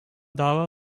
dava